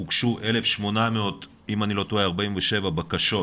הוגשו, אם אני לא טועה 1,847 בקשות